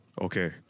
Okay